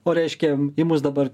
o reiškia į mus dabar